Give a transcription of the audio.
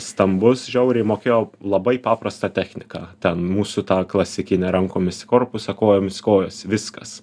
stambus žiauriai mokėjo labai paprastą techniką ten mūsų tą klasikinę rankomis į korpusą kojomis į kojas viskas